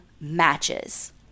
matches